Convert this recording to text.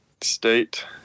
State